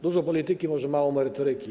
Dużo polityki, może mało merytoryki.